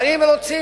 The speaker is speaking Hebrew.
אבל אם רוצים